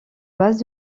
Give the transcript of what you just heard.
base